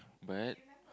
but